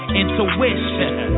intuition